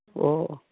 ꯑꯣ ꯑꯣ